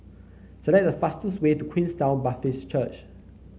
select the fastest way to Queenstown Baptist Church